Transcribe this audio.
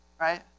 right